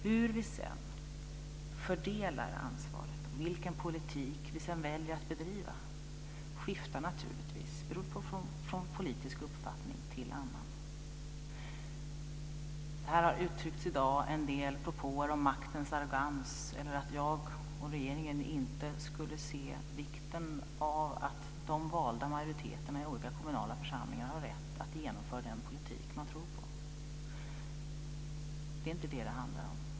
Hur vi sedan fördelar ansvaret och vilken politik vi sedan väljer att bedriva skiftar naturligtvis beroende på politisk uppfattning. Det har uttryckts i dag en del propåer om maktens arrogans eller att jag och regeringen inte skulle se vikten av att de valda majoriteterna i olika kommunala församlingar har rätt att genomföra den politik man tror på. Det är inte detta det handlar om.